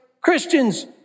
Christians